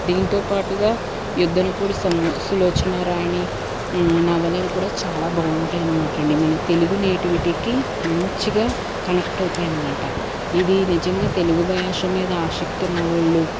దీనితోపాటుగా యుద్దనపూడి సము సులోచనారాణి నవలలు కూడా చాల బాగుంటాయి అనమాటండి మన తెలుగు నేటివిటికి మంచిగా కనెక్ట్ అవుతాయన్నమాట ఇది నిజంగా తెలుగు భాష మీద ఆసక్తి ఉన్నవాళ్ళు